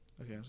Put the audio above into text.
Okay